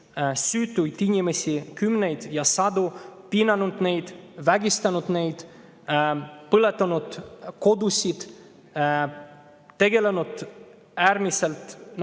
süütuid inimesi kümneid ja sadu, piinanud neid, vägistanud neid, põletanud kodusid, tegelenud äärmiselt